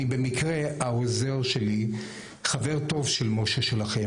במקרה העוזר שלי חבר טוב של מויישי שלכם,